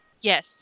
Yes